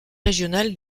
régional